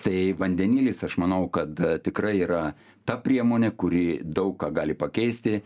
tai vandenilis aš manau kad tikrai yra ta priemonė kuri daug ką gali pakeisti